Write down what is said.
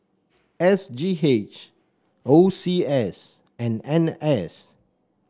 S G H O C S and N S